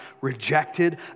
rejected